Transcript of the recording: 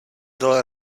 dal